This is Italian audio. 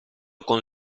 con